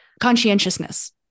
conscientiousness